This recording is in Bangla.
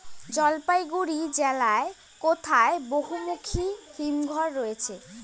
জলপাইগুড়ি জেলায় কোথায় বহুমুখী হিমঘর রয়েছে?